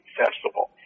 festival